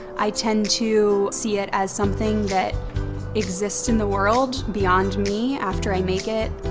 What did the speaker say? i tend to see it as something that exists in the world beyond me after i make it.